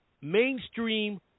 mainstream